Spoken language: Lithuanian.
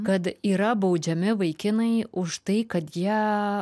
kad yra baudžiami vaikinai už tai kad jie